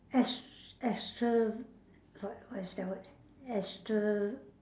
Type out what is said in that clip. ex~ extra~ what what is that word extra~